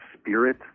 spirit